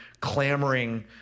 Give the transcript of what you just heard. clamoring